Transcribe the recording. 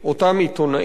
אותם עיתונאים,